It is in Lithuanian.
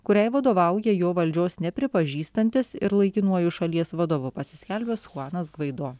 kuriai vadovauja jo valdžios nepripažįstantis ir laikinuoju šalies vadovu pasiskelbęs chuanas gvaido